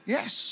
Yes